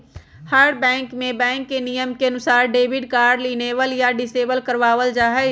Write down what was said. हर bank में bank के नियम के अनुसार डेबिट कार्ड इनेबल या डिसेबल करवा वल जाहई